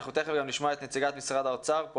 תיכף נשמע את נציגת משרד האוצר.